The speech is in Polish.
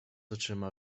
oczyma